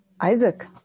Isaac